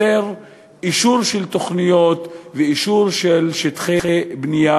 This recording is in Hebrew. אישור של תוכניות ואישור של שטחי בנייה,